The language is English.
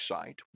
site